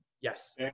Yes